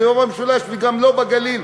גם לא במשולש וגם לא בגליל,